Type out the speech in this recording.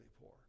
poor